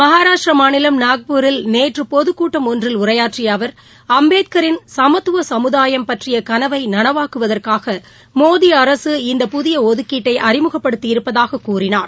மகாராஷ்டிர மாநிலம் நாக்பூரில் நேற்று பொதுக் கூட்டம் ஒன்றில் உரையாற்றிய அவர் அம்பேத்கரின் சமத்துவ சமுதாயம் பற்றிய கனவை நனவாக்குவதற்காக மோடி அரசு இந்த புதிய ஒதுக்கீட்டை அறிமுகப்படுத்தி இருப்பதாக கூறினார்